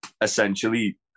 essentially